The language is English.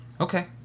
Okay